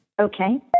Okay